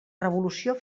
revolució